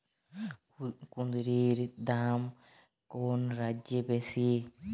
কুঁদরীর দাম কোন রাজ্যে বেশি?